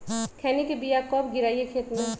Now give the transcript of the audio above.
खैनी के बिया कब गिराइये खेत मे?